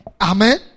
Amen